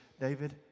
David